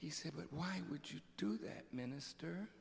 he said why would you do that minister